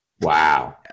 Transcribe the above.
Wow